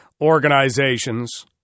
organizations